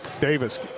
Davis